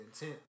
intent